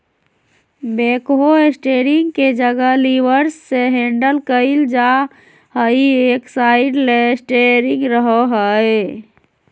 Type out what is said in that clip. backhoe steering के जगह levers से हैंडल कइल जा हइ, एक साइड ले स्टेयरिंग रहो हइ